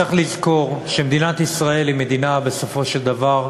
צריך לזכור שמדינת ישראל היא מדינה קטנה בסופו של דבר,